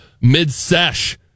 mid-sesh